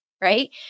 Right